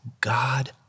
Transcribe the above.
God